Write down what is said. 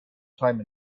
time